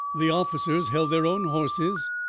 the officers held their own horses,